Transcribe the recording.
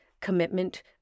Commitment